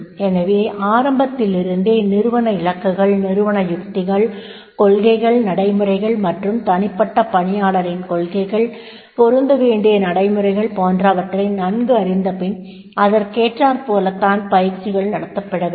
எனவே ஆரம்பத்திலிருந்தே நிறுவன இலக்குகள் நிறுவன யுக்திகள் கொள்கைகள் நடைமுறைகள் மற்றும் தனிப்பட்ட பணியாளரின் கொள்கைகள் பொருந்த வேண்டிய நடைமுறைகள் போன்றவற்றை நங்கு அறிந்தபின்பு அதற்கேற்றாற்போலத்தான் பயிற்சிகள் நடத்தப்படவேண்டும்